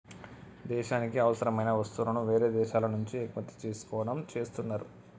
దేశానికి అవసరమైన వస్తువులను వేరే దేశాల నుంచి దిగుమతి చేసుకోవడం చేస్తున్నరు